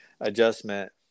adjustment